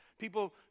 people